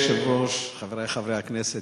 אדוני היושב-ראש, חברי חברי הכנסת,